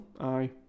Aye